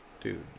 Dude